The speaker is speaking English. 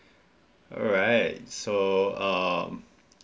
alright so um